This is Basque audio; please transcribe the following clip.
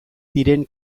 diren